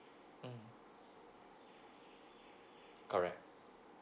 mm correct